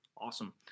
Awesome